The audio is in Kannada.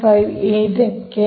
5 ಏಕೆ